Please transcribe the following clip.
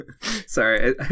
sorry